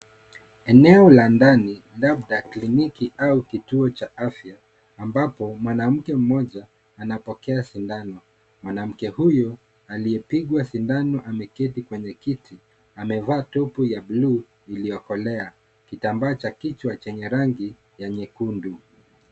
Eneo la ndani labda kliniki au kituo cha afya ambapo mwanamke mmoja anapokea sindano. Mwanamke huyu aliyepigwa sindano ameketi kwenye kiti. Amevaa topu ya buluu iliyokolea. Kitambaa cha kichwa chenye rangi ya nyekundu.